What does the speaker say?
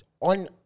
On